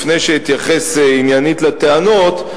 לפני שאתייחס עניינית לטענות,